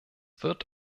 wird